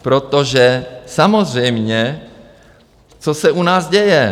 Protože samozřejmě co se u nás děje?